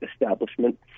establishment